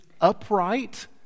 upright